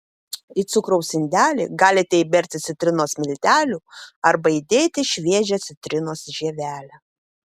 į cukraus indelį galite įberti citrinos miltelių arba įdėti šviežią citrinos žievelę